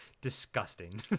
disgusting